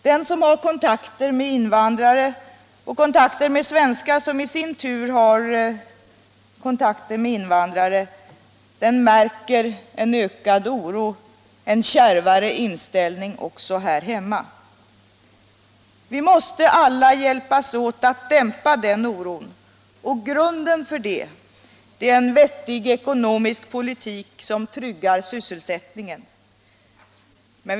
Den som har kontakter med invandrare och med svenskar som i sin tur har sådana kontakter märker en ökad oro, en kärvare inställning, också här hemma. Vi måste alla hjälpas åt att dämpa den oron, och grunden för det är en vettig ekonomisk politik som tryggar sysselsättningen.